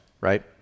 right